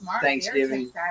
Thanksgiving